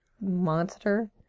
monster